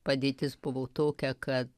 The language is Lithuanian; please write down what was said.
padėtis buvo tokia kad